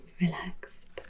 relaxed